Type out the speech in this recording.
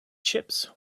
chips